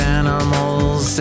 animals